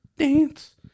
dance